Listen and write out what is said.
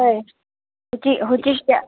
ꯍꯣꯏ ꯍꯧꯖꯤꯛ ꯍꯧꯖꯤꯛꯇ